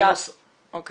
ה-35